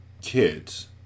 Kids